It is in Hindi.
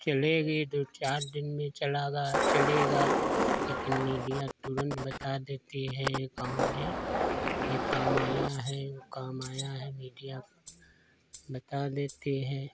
चलेंगे दो चार दिन में चलेगा चलेगा लेकिन मीडिया तुरंत बता देती है गाँव में यह काम आया है वह काम आया है मीडिया बता देती है